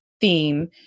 theme